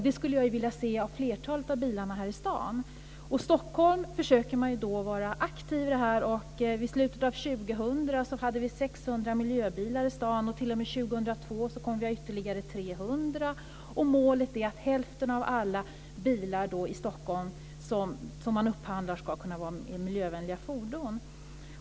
Det skulle jag vilja se i flertalet av bilarna här i stan. I Stockholm försöker man vara aktiv i den här frågan. I slutet av 2000 hade vi 600 miljöbilar i stan och t.o.m. 2002 kommer vi att ha ytterligare 300. Målet är att hälften av alla bilar som man upphandlar i Stockholm ska kunna vara miljövänliga fordon.